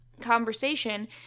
conversation